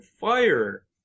fire